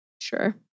Sure